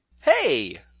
hey